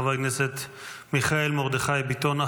חבר הכנסת מיכאל מרדכי ביטון.